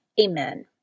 Amen